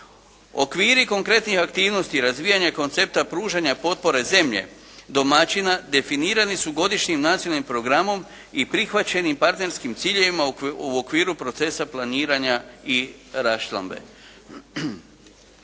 Okviri konkretnih aktivnosti razvijanja koncepta pružanja potpore zemlje domaćina definirani su godišnjim nacionalnim programom i prihvaćeni partnerskim ciljevima u okviru procesa planiranja i raščlambe.